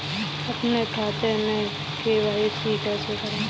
अपने खाते में के.वाई.सी कैसे कराएँ?